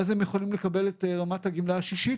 ואז הם יכולים לקבל את רמת הגמלה השישית